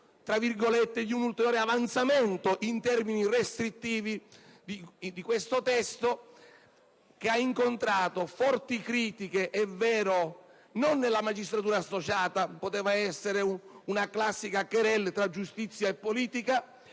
carico di un ulteriore "avanzamento" in termini restrittivi di questo testo, che ha incontrato forti critiche, è vero, non nella magistratura associata (poteva essere una classica *querelle* tra giustizia e politica),